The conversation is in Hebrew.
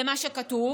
למה שכתוב